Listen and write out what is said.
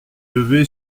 levé